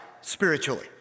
spiritually